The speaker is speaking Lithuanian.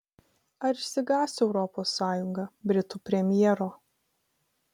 ar išsigąs europos sąjunga britų premjero